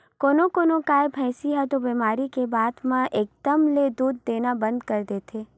कोनो कोनो गाय, भइसी ह तो बेमारी के बाद म एकदम ले दूद देना बंद कर देथे